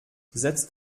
setzt